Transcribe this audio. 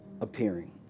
appearing